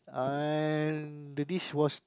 and the dish was